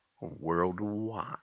worldwide